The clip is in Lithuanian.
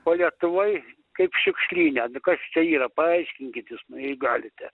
o lietuvoj kaip šiukšlyne nu kas čia yra paaiškinkit jūs galite